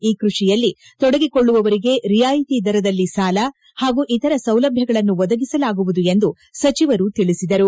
ಈ ಕೃಷಿಯಲ್ಲಿ ತೊಡಗಿಕೊಳ್ಳುವವರಿಗೆ ರಿಯಾಯಿತಿ ದರದಲ್ಲಿ ಸಾಲ ಹಾಗೂ ಇತರ ಸೌಲಭ್ಯಗಳನ್ನು ಒದಗಿಸಲಾಗುವುದು ಎಂದು ಸಚಿವರು ತಿಳಿಸಿದರು